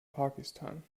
pakistan